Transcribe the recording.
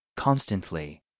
Constantly